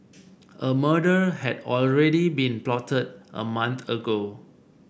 a murder had already been plotted a month ago